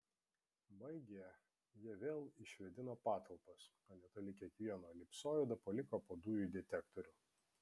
baigę jie vėl išvėdino patalpas o netoli kiekvieno elipsoido paliko po dujų detektorių